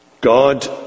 God